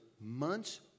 months